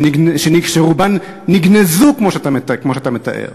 שרובן נגנזו, כמו שאתה מתאר?